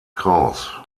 kraus